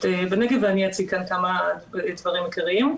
בנגב ואני אציג כאן כמה דברים עיקריים.